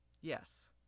Yes